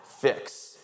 fix